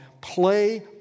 play